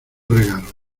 regalo